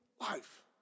life